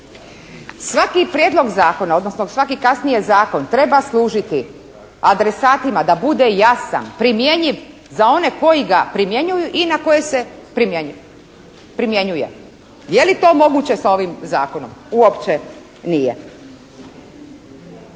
Svaki prijedlog zakon, odnosno svaki kasnije zakon treba služiti adresatima da bude jasan, primjenjiv za one koji ga primjenjuju i na koje se primjenjuje. Je li to moguće sa ovim Zakonom? Uopće nije.